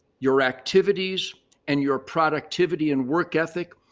your activities and your productivity and work ethic,